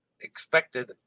expected